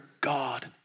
God